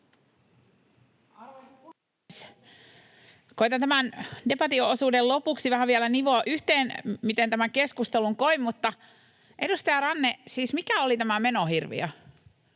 Koetan tämän debattiosuuden lopuksi vähän vielä nivoa yhteen, miten tämän keskustelun koin, mutta edustaja Ranne, siis mikä oli tämä menohirviö?